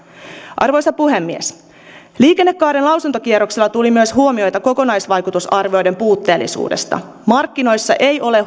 arvoisa puhemies liikennekaaren lausuntokierroksella tuli myös huomioita kokonaisvaikutusarvioiden puutteellisuudesta markkinoissa ei ole